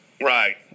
Right